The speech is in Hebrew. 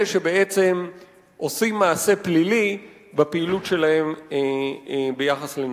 אלה שבעצם עושים מעשה פלילי בפעילות שלהם ביחס לנשים.